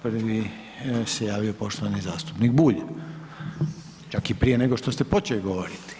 Prvi se javio poštovani zastupnik Bulj, čak i prije nego što ste počeli govoriti.